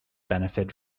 benefit